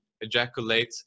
ejaculate